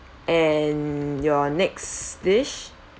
and your next dish